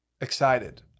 excited